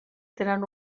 tenen